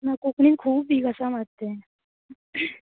ना कोंकणीन खूब वीक आसा मात तें